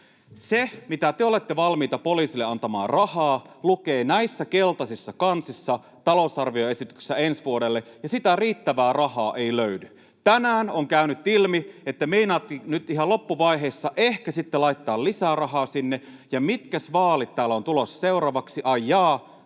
Se, mitä te olette valmiita poliisille antamaan rahaa, lukee näissä keltaisissa kansissa, talousarvioesityksessä ensi vuodelle, ja sitä riittävää rahaa ei löydy. Tänään on käynyt ilmi, että te meinaatte nyt ihan loppuvaiheessa ehkä sitten laittaa lisää rahaa sinne, ja mitkäs vaalit täällä on tulossa seuraavaksi? Ai jaa,